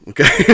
Okay